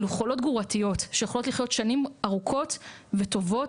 אלו חולות גרורתיות שיכולות לחיות שנים ארוכות וטובות,